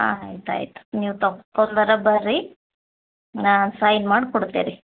ಆಯ್ತು ಆಯ್ತು ನೀವು ತಪ್ಕೊಂದರ ಬರ್ರಿ ನಾನು ಸೈನ್ ಮಾಡಿ ಕೊಡ್ತೆ ರೀ